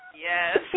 Yes